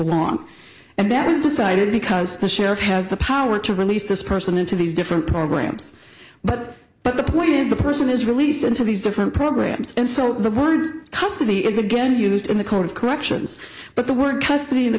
along and that is decided because the sheriff has the power to release this person into these different programs but but the point is the person is released into these different programs and so the born custody is again used in the court of corrections but the word custody in the